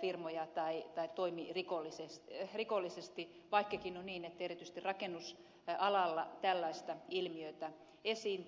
firmoja tai toimi rikollisesti vaikkakin on niin että erityisesti rakennusalalla tällaista ilmiötä esiintyy